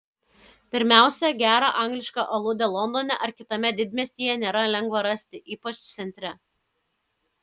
pirmiausia gerą anglišką aludę londone ar kitame didmiestyje nėra lengva rasti ypač centre